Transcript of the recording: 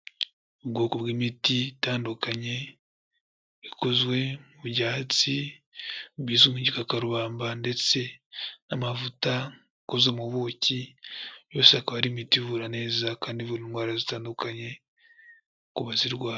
Ubwoko bw'imiti itandukanye bikozwe mu byatsi bizwi nk'igikarubamba ndetse n'amavuta akozwe mu buki, yose akaba ari imiti ivura neza kandi ivura indwara zitandukanye ku bazirwa...